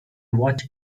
watch